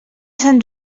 sant